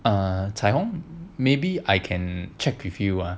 chai hong maybe I can check with you ah